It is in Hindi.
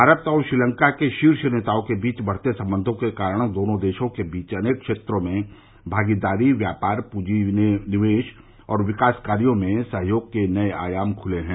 भारत और श्रीलंका के शीर्ष नेताओं के बीच बढ़ते संबंधों के कारण दोनों देशों के बीच अनेक क्षेत्रों में भागीदारी व्यापार पूंजी निवेश और विकास कार्यों में सहयोग के नये आयाम खुले हैं